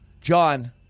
John